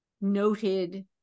noted